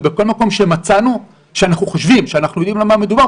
ובכל מקום שמצאנו שאנחנו חושבים שאנחנו יודעים על מה מדובר,